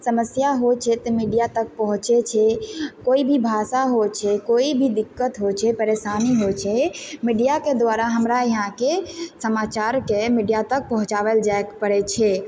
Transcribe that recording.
समस्या होइ छै तऽ मीडिया पहुँचय छै कोइ भी भाषा होइ छै कोइ भी दिक्कत होइ छै परेशानी होइ छै मीडियाके दुआरा हमरा यहाँके समाचारके मीडिया तक पहुँचावल जाइके पड़य छै